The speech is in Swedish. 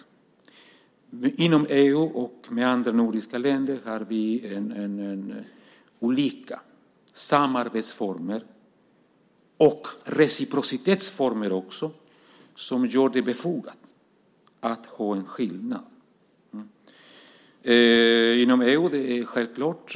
Vi har samarbetsformer och reciprocitetsformer med EU-länder och nordiska länder som gör det befogat att det finns en skillnad. Inom EU är detta självklart.